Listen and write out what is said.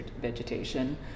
vegetation